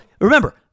remember